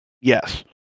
Yes